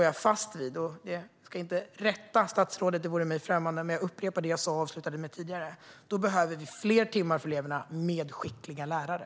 Jag ska inte rätta statsrådet - det vore mig främmande - men jag upprepar det jag avslutade med tidigare: Vi behöver fler timmar för eleverna, med skickliga lärare.